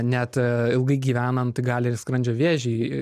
net ilgai gyvenant gali ir skrandžio vėžį